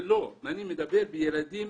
אנחנו אחראים על הילדים